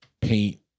paint